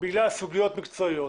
בגלל סוגיות מקצועיות,